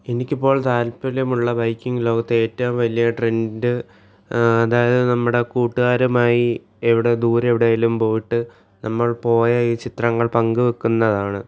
എനിക്ക് ഇപ്പോൾ താല്പര്യമുള്ള ബൈക്കിംഗ് ലോകത്തെ ഏറ്റവും വലിയ ട്രെന്ഡ് അതായത് നമ്മുടെ കൂട്ടുകാരുമായി എവിടെയോ ദൂരെ എവിടെ എങ്കിലും പോയിട്ട് നമ്മള് പോയ ഈ ചിത്രങ്ങള് പങ്കുവയ്ക്കുന്നതാണ്